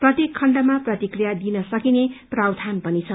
प्रत्येक खण्डमा प्रतिक्रिया दिन सकिने प्रावयान पनि छ